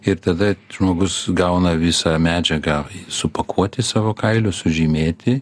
ir tada žmogus gauna visą medžiagą supakuoti savo kailius sužymėti